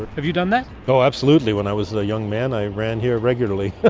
have you done that? oh absolutely, when i was a young man i ran here regularly,